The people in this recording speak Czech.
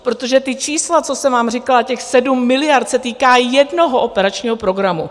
Protože ta čísla, co jsem vám říkala, těch 7 miliard, se týká jednoho operačního programu.